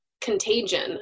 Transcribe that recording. contagion